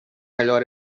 melhor